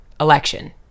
election